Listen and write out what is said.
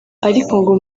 ngo